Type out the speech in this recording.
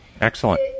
Excellent